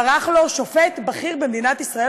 ברח לו שופט בכיר במדינת ישראל,